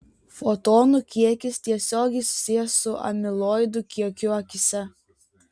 fotonų kiekis tiesiogiai susijęs su amiloidų kiekiu akyse